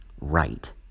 right